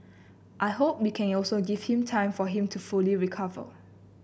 I hope we can also give him time for him to fully recover